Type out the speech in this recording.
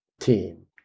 team